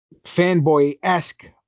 fanboy-esque